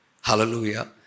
Hallelujah